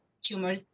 tumor